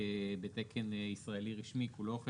בתקן ישראלי רשמי, כולו או חלקו.